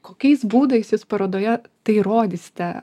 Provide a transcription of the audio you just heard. kokiais būdais jūs parodoje tai rodysite